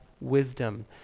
wisdom